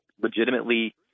legitimately